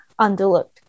underlooked